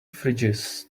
fridges